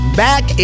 back